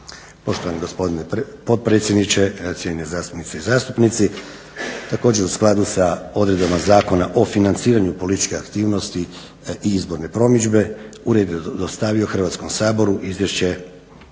Poštovani gospodine potpredsjedniče, cijenjene zastupnice i zastupnici, također u skladu sa odredbama Zakona o financiranju političkih aktivnosti i izborne promidžbe ured je dostavio Hrvatskom saboru Izvješće